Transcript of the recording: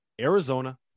Arizona